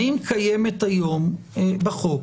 האם קיימת היום בחוק